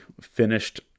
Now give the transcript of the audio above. finished